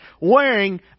wearing